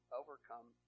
overcome